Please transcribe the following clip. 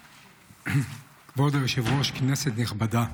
כבוד היושב-ראש, כנסת נכבדה,